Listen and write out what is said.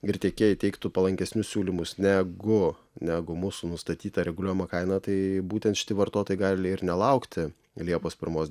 ir tiekėjai teiktų palankesnius siūlymus negu negu mūsų nustatyta reguliuojama kaina tai būtent šitie vartotojai gali ir nelaukti liepos pirmos